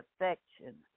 affection